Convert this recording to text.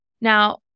Now